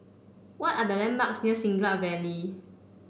what are the landmarks near Siglap Valley